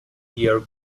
year